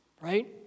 right